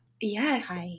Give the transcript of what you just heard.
Yes